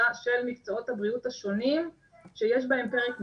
של מקצועות הבריאות השונים שיש בהם פרק משמעת.